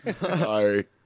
Sorry